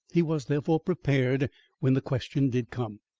he was, therefore, prepared when the question did come.